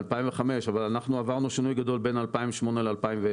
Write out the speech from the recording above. אבל אנחנו עברנו שינוי גדול בין 2008 ל-2010.